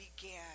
began